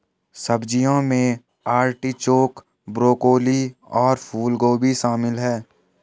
सब्जियों में artichoke, broccoli और फूलगोभी शामिल है